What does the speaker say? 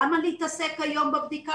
למה להתעסק היום בבדיקה?